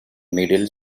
middle